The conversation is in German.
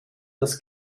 das